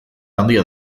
handia